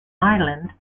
ireland